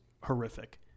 horrific